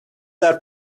are